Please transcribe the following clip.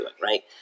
right